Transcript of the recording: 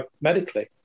medically